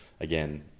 again